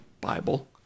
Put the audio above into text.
Bible